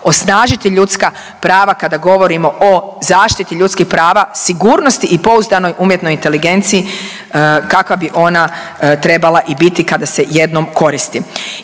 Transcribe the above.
osnažiti ljudska prava kada govorimo o zaštiti ljudskih prava, sigurnosti i pouzdanoj umjetnoj inteligenciji kakva bi ona trebala i biti kada se jednom koristi.